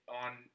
on